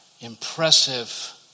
impressive